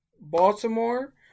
Baltimore